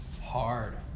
hard